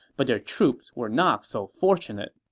but their troops were not so fortunate.